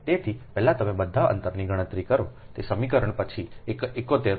તેથી પહેલા તમે બધા અંતરની ગણતરી કરો તે સમીકરણ પછી 71 પ્રથમ d q